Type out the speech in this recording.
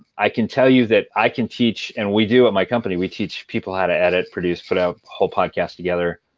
i can tell you that i can teach and we do at my company, we teach people how to edit, produce, put out a whole podcast together.